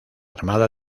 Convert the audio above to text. armada